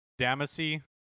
Damacy